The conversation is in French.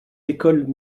écoles